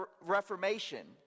Reformation